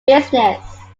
business